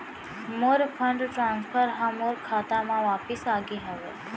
मोर fund transfer हा मोर खाता मा वापिस आ गे हवे